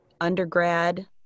undergrad